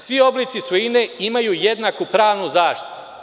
Svi oblici svojine imaju jednaku pravnu zaštitu“